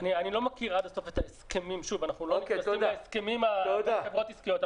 אני לא מכיר עד הסוף את ההסכמים בין חברות עסקיות.